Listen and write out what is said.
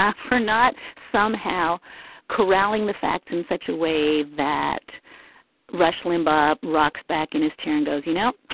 ah for not somehow corralling the facts in such a way that rush limbaugh rocks back in his chair and goes, you know,